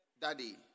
Daddy